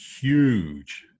huge